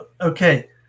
Okay